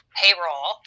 payroll